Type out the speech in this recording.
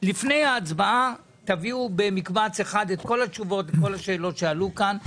לפני ההצבעה תביאו במקבץ אחד את כל התשובות לכל השאלות שעלו כאן.